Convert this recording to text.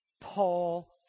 Paul